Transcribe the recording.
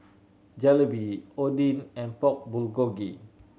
Jalebi Oden and Pork Bulgogi